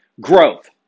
growth